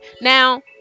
Now